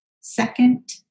second